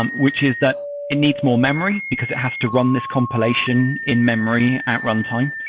um which is that it needs more memory because it has to run this compilation in memory at runtime.